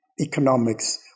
economics